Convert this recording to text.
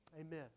Amen